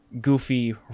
goofy